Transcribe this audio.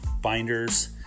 binders